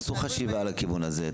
תעשו חשיבה לכיוון הזה,